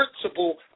principle